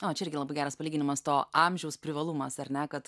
o čia irgi labai geras palyginimas to amžiaus privalumas ar ne kad